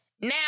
Now